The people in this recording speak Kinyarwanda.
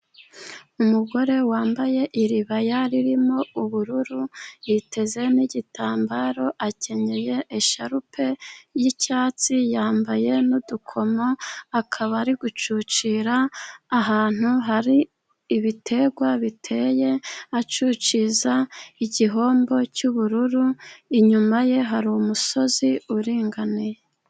Umugore wambaye iribaya ririmo ubururu yiteze n'igitambaro, akenyeye isharupe y'icyatsi, yambaye n'udukomo, akaba ari gucucira ahantu hari ibiterwa biteye, acuciza igihombo cy'ubururu, inyuma ye hari umusozi uringaniye.